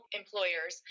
employers